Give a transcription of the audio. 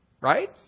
Right